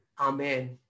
Amen